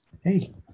hey